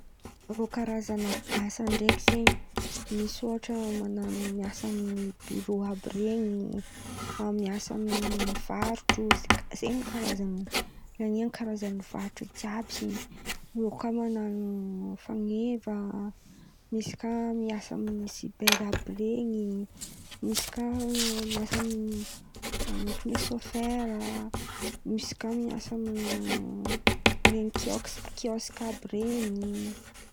Rô Karazan̈a asa ndraiky zen̈y misy ôhatra miasa amin̈'ny birô àby ren̈y miasa mivarotro zen̈y karàzany varotro jiàby zen̈y, eo kà man̈ano fan̈eva, misy kà miasa amin̈'ny sibera àby ren̈y misy kà miasa ôtriny hoe sôfera misy kà miasa amin̈'ny kiôska ren̈y.